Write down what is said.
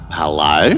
hello